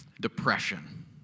depression